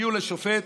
הגיעו לשופט,